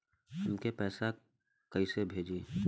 हमके पैसा कइसे भेजी?